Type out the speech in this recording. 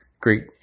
Great